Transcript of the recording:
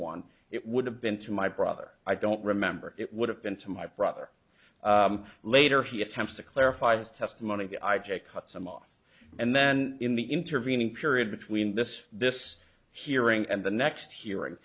one it would have been to my brother i don't remember it would have been to my brother later he attempts to clarify his testimony the i j a cut some off and then in the intervening period between this this hearing and the next hearing